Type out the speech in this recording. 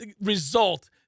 result